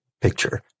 picture